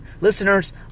Listeners